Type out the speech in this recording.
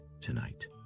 tonight